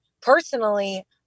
personally